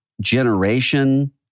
generation